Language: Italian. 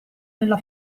nella